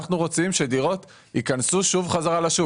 אנחנו רוצים שדירות ייכנסו שוב בחזרה לשוק.